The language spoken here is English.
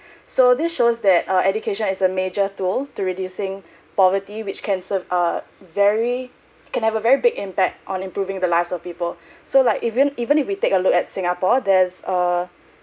so this shows that uh education is a major tool to reducing poverty which can serve uh very can have a very big impact on improving the lives of people so like even even if we take a look at singapore there's a